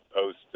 post